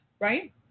right